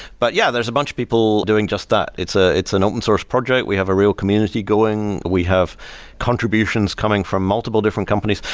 but yeah, there's a bunch of people doing just that. it's ah it's an open-source project. we have a real community going. we have contributions coming from multiple different companies.